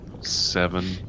seven